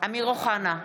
אמיר אוחנה,